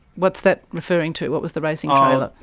what's that referring to, what was the racing um